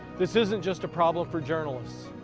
this isn't just a problem for journalists,